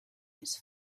its